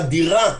אדירה,